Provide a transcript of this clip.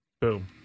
boom